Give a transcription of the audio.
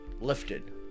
lifted